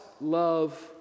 love